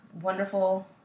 wonderful